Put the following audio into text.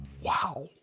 wow